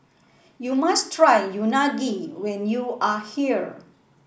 you must try Unagi when you are here